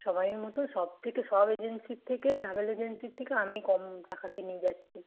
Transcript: সবাইয়ের মতো সবথেকে সব এজেন্সির থেকে ট্র্যাভেল এজেন্সির থেকে আমি কম টাকাতে নিয়ে যাচ্ছি